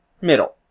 middle